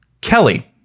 Kelly